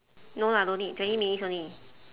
no lah don't need twenty minutes only